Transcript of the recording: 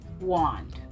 Wand